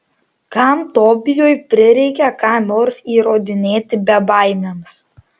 kam tobijui prireikė ką nors įrodinėti bebaimiams